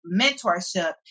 mentorship